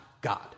God